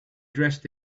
dressed